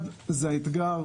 אחד, אתגר